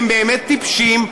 הם באמת טיפשים,